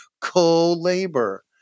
co-labor